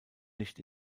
nicht